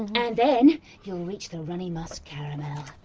and then you'll reach the runny musk caramel.